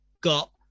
got